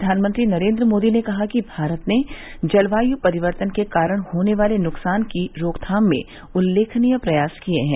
प्रधानमंत्री नरेन्द्र मोदी ने कहा है कि भारत ने जलवायु परिवर्तन के करण होने वाले नुकसान की रोकथान मे उल्लेखनीय प्रयास किए हैं